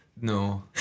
no